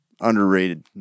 underrated